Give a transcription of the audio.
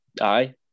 aye